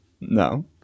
No